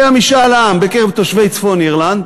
היה משאל עם בקרב תושבי צפון-אירלנד,